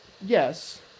yes